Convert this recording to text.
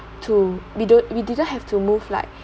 to we do we didn't have to move like